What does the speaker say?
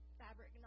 fabric